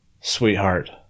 sweetheart